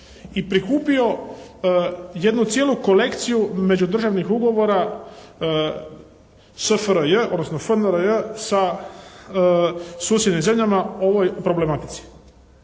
i prikupio jednu cijelu kolekciju međudržavnih ugovora SFRJ, odnosno FNRJ sa susjednim zemljama o ovoj problematici.